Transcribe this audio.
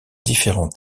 différents